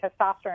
Testosterone